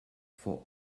for